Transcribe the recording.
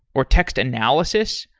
or text analysis.